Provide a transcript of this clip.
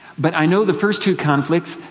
but i know the first two conflicts,